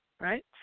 right